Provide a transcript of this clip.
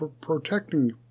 protecting